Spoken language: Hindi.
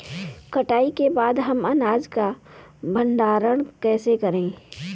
कटाई के बाद हम अनाज का भंडारण कैसे करें?